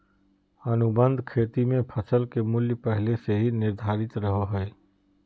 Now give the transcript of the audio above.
अनुबंध खेती मे फसल के मूल्य पहले से ही निर्धारित रहो हय